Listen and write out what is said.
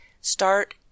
start